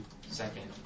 second